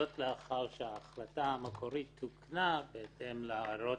זאת לאחר שההחלטה המקורית תוקנה בהתאם להערות